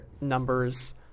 numbers